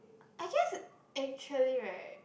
I guess actually right